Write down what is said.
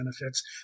benefits